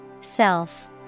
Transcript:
Self